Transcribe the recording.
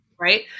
Right